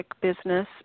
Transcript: business